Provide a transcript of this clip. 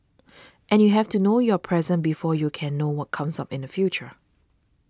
and you have to know your present before you can know what comes up in the future